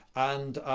and